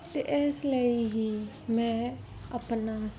ਅਤੇ ਇਸ ਲਈ ਹੀ ਮੈਂ ਆਪਣਾ